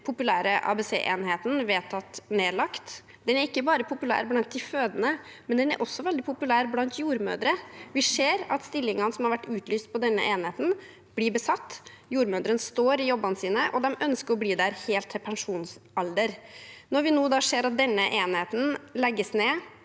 populære ABC-enheten vedtatt ned lagt. Den er ikke bare populær blant de fødende, den er også veldig populær blant jordmødre. Vi ser at stillingene som har vært utlyst ved denne enheten, blir besatt. Jordmødrene står i jobbene sine, og de ønsker å bli der helt til pensjonsalder. Når vi nå ser at denne enheten legges ned,